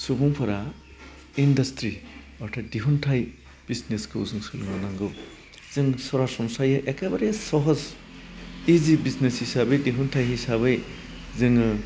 सुबुंफोरा इन्डासट्रि हथा दिहुन्थाइ बिजलेसखौ जों सोलोंनो लनांगौ जों सरासनस्रायै एकेबारे सह'स इजि बिजनेस हिसाबै दिहुन्थाइ हिसाबै जोङो